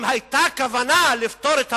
אם היתה כוונה לפתור את הבעיה,